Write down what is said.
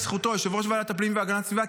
יושב-ראש ועדת הפנים והגנת הסביבה,